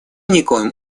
никоим